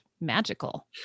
magical